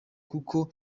kuko